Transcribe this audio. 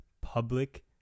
public